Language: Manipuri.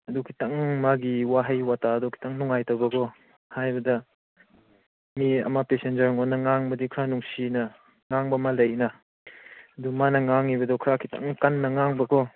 ꯑꯗꯨ ꯈꯤꯇꯪ ꯃꯥꯒꯤ ꯋꯥꯍꯩ ꯋꯥꯇꯥꯗꯣ ꯈꯤꯇꯪ ꯅꯨꯡꯉꯥꯏꯇꯕꯀꯣ ꯍꯥꯏꯕꯗ ꯃꯤ ꯑꯃ ꯄꯦꯁꯦꯟꯖꯔꯉꯣꯟꯗ ꯉꯥꯡꯕꯗꯤ ꯈꯔ ꯅꯨꯡꯁꯤꯅ ꯉꯥꯡꯕ ꯑꯃ ꯂꯩꯗꯅ ꯑꯗꯨ ꯃꯥꯅ ꯉꯥꯡꯂꯤꯕꯗꯣ ꯈꯔ ꯈꯤꯇꯪ ꯀꯟꯅ ꯉꯥꯡꯕꯀꯣ